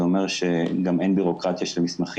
זה אומר שגם אין בירוקרטיה של מסמכים,